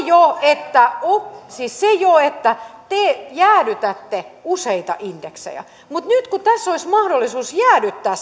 jo se että te jäädytätte useita indeksejä mutta nyt kun tässä olisi sitten mahdollisuus jäädyttää